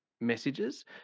messages